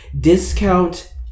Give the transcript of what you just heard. Discount